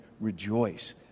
rejoice